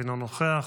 אינו נוכח,